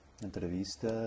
entrevista